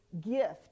gift